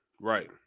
right